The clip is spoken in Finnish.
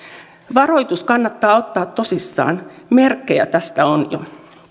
varoitus kannattaa ottaa tosissaan merkkejä tästä on jo